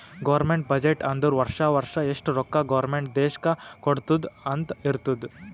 government budget ಅಂದುರ್ ವರ್ಷಾ ವರ್ಷಾ ಎಷ್ಟ ರೊಕ್ಕಾ ಗೌರ್ಮೆಂಟ್ ದೇಶ್ಕ್ ಕೊಡ್ತುದ್ ಅಂತ್ ಇರ್ತುದ್